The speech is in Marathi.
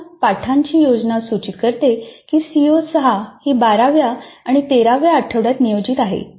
आता पाठांची योजना सूचित करते की सीओ 6 ही 12 व्या आणि 13 व्या आठवड्यांत नियोजित आहे